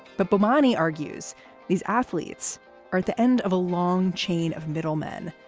but bomani argues these athletes are at the end of a long chain of middlemen.